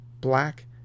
black